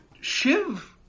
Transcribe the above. Shiv